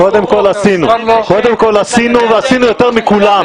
עשינו ועשינו יותר מכולם.